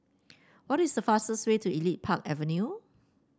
what is the fastest way to Elite Park Avenue